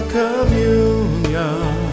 communion